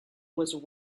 was